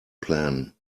plan